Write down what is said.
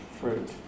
fruit